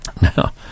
Now